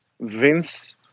Vince